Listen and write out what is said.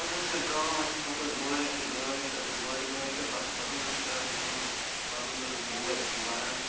پَتہٕ حظ کٔر کٲم اَسہِ پَتہٕ حظ وٲج اَسہِ یہِ گٲڑۍ تہٕ بٔڑ گٲڑۍ تہٕ بَس پَتہٕ حظ اوس کَران کٲم پَتہٕ حظ اوس بوے بَران